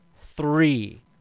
Three